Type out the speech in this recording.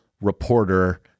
reporter